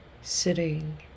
sitting